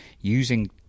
using